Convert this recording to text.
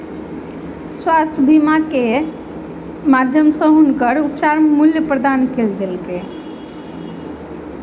स्वास्थ्य बीमा के माध्यम सॅ हुनकर उपचारक मूल्य प्रदान कय देल गेल